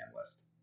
list